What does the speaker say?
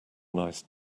nice